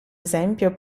esempio